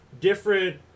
different